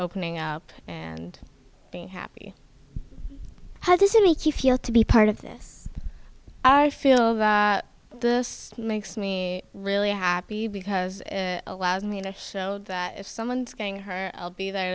opening up and being happy how does it make you feel to be part of this i feel that makes me really happy because allows me to show that if someone's going her i'll be there